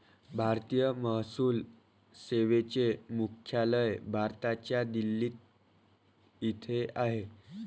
भारतीय महसूल सेवेचे मुख्यालय भारताच्या दिल्ली येथे आहे